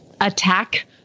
attack